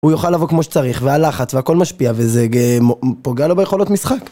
הוא יוכל לבוא כמו שצריך והלחץ והכל משפיע וזה פוגע לו ביכולות משחק